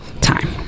time